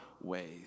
ways